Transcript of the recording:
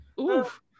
oof